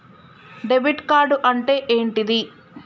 Debit card అంటే ఏంటిది?